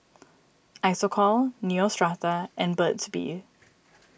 Isocal Neostrata and Burt's Bee